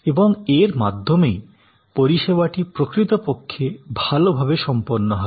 এবং এর মাধ্যমেই পরিষেবাটি প্রকৃতপক্ষে ভালভাবে সম্পন্ন হবে